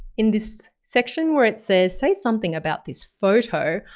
in this section where it says, say something about this photo,